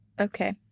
okay